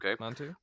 Okay